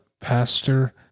Pastor